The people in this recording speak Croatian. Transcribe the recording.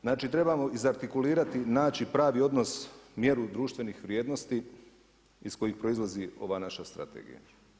Znači trebamo iz artikulirati naći pravi odnos, mjeru društvenih vrijednosti iz kojih proizlazi ova naša strategija.